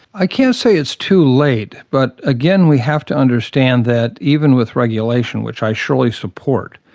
i can't say it's too late but, again, we have to understand that even with regulation, which i surely support,